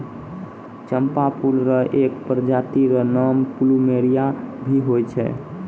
चंपा फूल र एक प्रजाति र नाम प्लूमेरिया भी होय छै